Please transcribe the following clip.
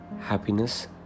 happiness